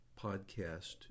podcast